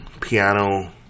piano